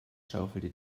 schaufelte